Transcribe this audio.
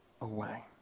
away